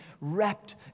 wrapped